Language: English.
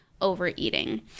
overeating